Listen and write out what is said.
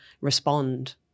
respond